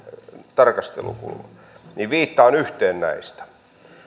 tarkastelukulma niin viittaan yhteen näistä